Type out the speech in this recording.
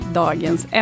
dagens